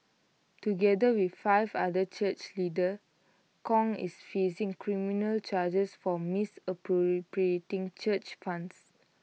together with five other church leaders Kong is facing criminal charges for misappropriating church funds